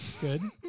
good